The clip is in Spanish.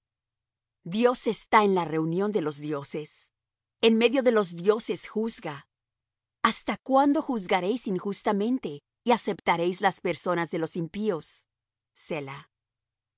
dios está en la reunión de los dioses en medio de los dioses juzga hasta cuándo juzgaréis injustamente y aceptaréis las personas de los impíos